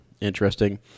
interesting